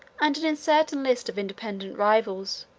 and an uncertain list of independent rivals,